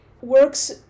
works